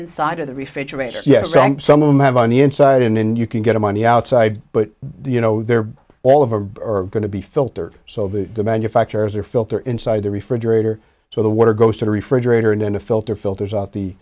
inside of the refrigerator yes and some of them have on the inside and in you can get them on the outside but you know they're all of a are going to be filtered so the manufacturers are filter inside the refrigerator so the water goes to the refrigerator and then a filter filters out the